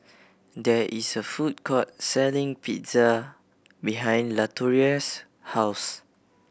there is a food court selling Pizza behind Latoria's house